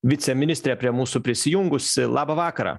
viceministrė prie mūsų prisijungusi labą vakarą